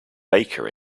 baker